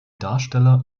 darsteller